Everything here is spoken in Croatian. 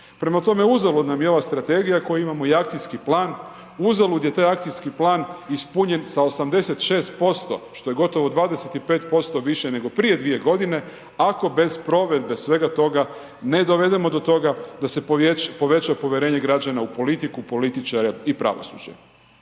Prema tome, uzalud nam je ova strategija koju imamo i akcijski plan, uzalud je taj akcijski plan ispunjen sa 86% što je gotovo 25% više nego prije 2 godine ako bez provedbe svega toga ne dovedemo do toga da se poveća povjerenje građana u politiku, političare i pravosuđe.